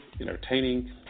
entertaining